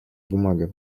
бумага